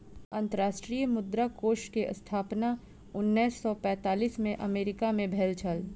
अंतर्राष्ट्रीय मुद्रा कोष के स्थापना उन्नैस सौ पैंतालीस में अमेरिका मे भेल छल